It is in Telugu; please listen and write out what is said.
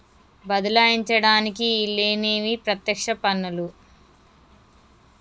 బదలాయించడానికి ఈల్లేనివి పత్యక్ష పన్నులు